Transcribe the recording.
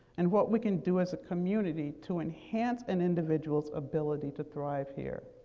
and what we can do as a community to enhance an individual's ability to thrive here.